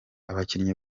abakinnyi